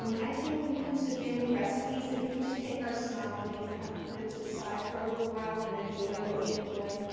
um i think when it comes to family recipes that we can just take our snobbery and kind of put it to the side for a little while and enjoy what we enjoy.